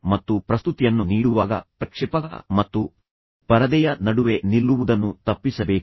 ಮತ್ತು ನೀವು ಪ್ರಸ್ತುತಿಯನ್ನು ನೀಡುವಾಗ ನೀವು ಪ್ರಕ್ಷೇಪಕ ಮತ್ತು ಪರದೆಯ ನಡುವೆ ನಿಲ್ಲುವುದನ್ನು ತಪ್ಪಿಸಬೇಕು